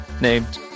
named